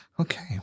Okay